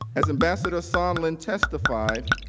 as ambassador sondland testified.